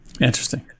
Interesting